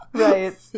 Right